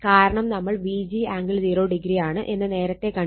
കാരണം നമ്മൾ Vg angle 0° ആണ് എന്ന് നേരത്തെ കണ്ടു